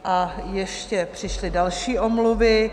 A ještě přišly další omluvy.